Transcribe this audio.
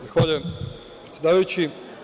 Zahvaljujem, predsedavajući.